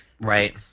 Right